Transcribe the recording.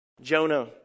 Jonah